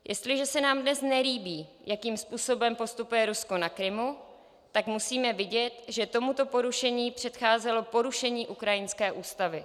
Jestliže se nám dnes nelíbí, jakým způsobem postupuje Rusko na Krymu, tak musíme vidět, že tomuto porušení předcházelo porušení ukrajinské ústavy.